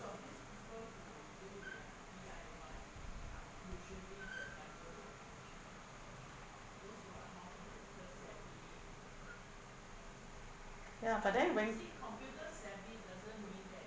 ya but then when